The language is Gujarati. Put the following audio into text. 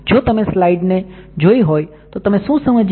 જો તમે સ્લાઈડને જોઈ હોય તો તમે શું સમજ્યા